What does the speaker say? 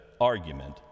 argument